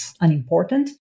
unimportant